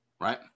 Right